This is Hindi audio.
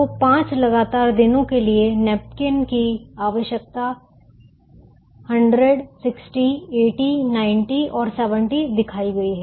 तो 5 लगातार दिनों के लिए नैपकिन की आवश्यकता100 60 80 90 और 70 दिखाई गई हैं